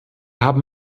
haben